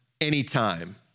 anytime